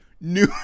new